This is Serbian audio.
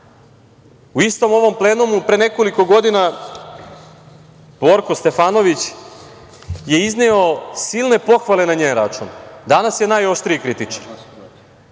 U istom ovom plenumu pre nekoliko godina Borko Stefanović je izneo silne pohvale na njen račun, a danas je najoštriji kritičar